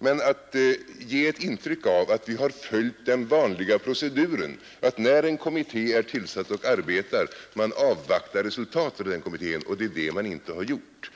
man har velat ge ett intryck av att man har följt den vanliga proceduren — att man, när en kommitté är tillsatt och arbetar, avvaktar resultatet av kommitténs arbete, vilket man inte har gjort.